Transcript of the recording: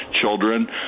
children